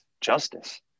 justice